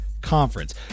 conference